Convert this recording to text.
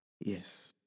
Yes